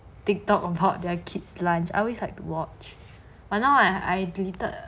TikTok about their kids lunch I always like to watch but now I I deleted